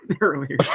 Earlier